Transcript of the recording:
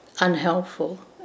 unhelpful